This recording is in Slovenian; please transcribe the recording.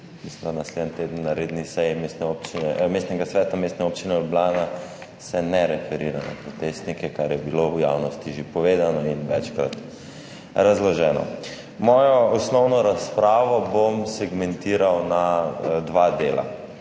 mislim, da naslednji teden na redni seji mestnega sveta Mestne občine Ljubljana, se ne referira na protestnike, kar je bilo v javnosti že povedano in večkrat razloženo. Svojo osnovno razpravo bom segmentiral na dva dela.